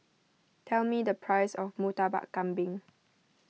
tell me the price of Murtabak Kambing